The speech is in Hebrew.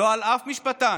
לא על אף משפטן.